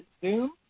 Zoom